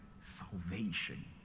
salvation